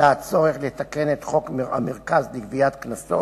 עלה הצורך לתקן את חוק המרכז לגביית קנסות,